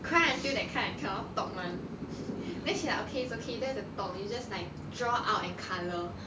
cry until that kind that cannot talk [one] then she like okay it's okay you don't have to talk you just like draw out and colour